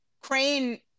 Crane